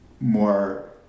more